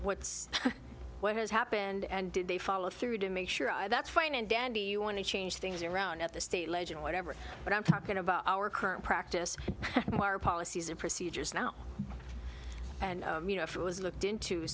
what's what has happened and did they follow through to make sure i that's fine and dandy you want to change things around at the state legend whatever but i'm talking about our current practice our policies and procedures now and you know it was looked into